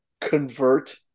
convert